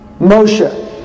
Moshe